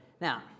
Now